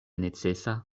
necesa